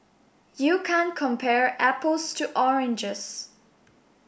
you can't compare apples to oranges